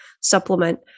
supplement